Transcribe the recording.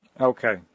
Okay